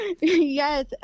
Yes